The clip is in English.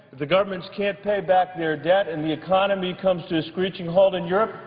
the governments can't pay back their debt and the economy comes to a screeching halt in europe,